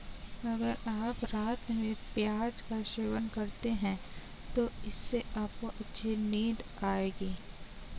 अगर आप रात में प्याज का सेवन करते हैं तो इससे आपको अच्छी नींद आएगी